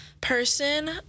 person